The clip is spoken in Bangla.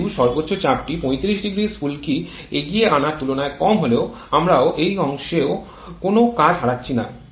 যেহেতু সর্বোচ্চ চাপটি ৩৫০ স্ফুলকি এগিয়ে আনার তুলনায় কম হলেও আমরাও এই অংশে কোনও কাজ হারাচ্ছি না